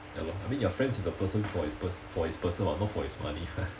ya lor I mean you're friends with the person for his pers~ for his person [what] not for his money